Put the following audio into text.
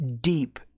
deep